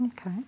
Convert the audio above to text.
Okay